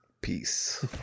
peace